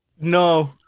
no